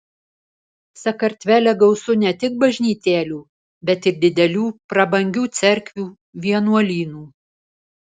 sakartvele gausu ne tik bažnytėlių bet ir didelių prabangių cerkvių vienuolynų